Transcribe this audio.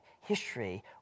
history